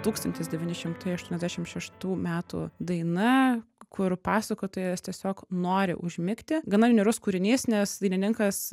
tūkstantis devyni šimtai aštuoniasdešim šeštų metų daina kur pasakotojas tiesiog nori užmigti gana niūrus kūrinys nes dainininkas